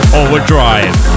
overdrive